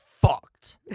fucked